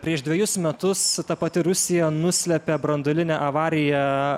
prieš dvejus metus ta pati rusija nuslėpė branduolinę avariją